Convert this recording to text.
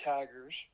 Tigers